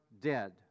dead